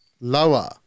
Lower